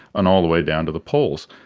and all the way down to the poles.